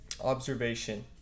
observation